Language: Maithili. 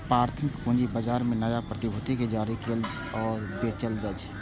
प्राथमिक पूंजी बाजार मे नया प्रतिभूति कें जारी कैल आ बेचल जाइ छै